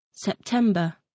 September